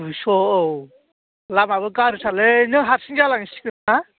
दुइस' औ लामाबो गाज्रिथारलै नों हारसिं जालांसिगोन ना